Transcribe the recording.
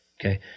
Okay